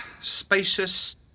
spacious